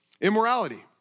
Immorality